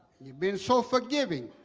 you've been so forgiving